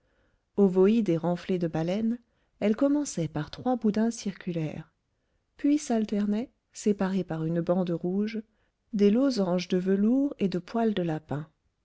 ovoïde et renflée de baleines elle commençait par trois boudins circulaires puis s'alternaient séparés par une bande rouge des losanges de velours et de poils de lapin